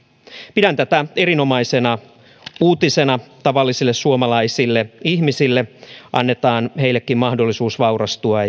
pidän tätä erinomaisena uutisena tavallisille suomalaisille ihmisille annetaan heillekin mahdollisuus vaurastua